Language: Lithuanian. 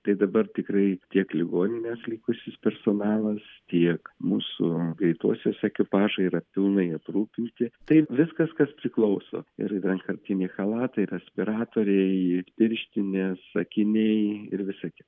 tai dabar tikrai tiek ligoninės likusis personalas tiek mūsų greitosios ekipažai yra pilnai aprūpinti taip viskas kas priklauso ir vienkartiniai chalatai respiratoriai ir pirštinės akiniai ir visa kita